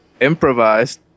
improvised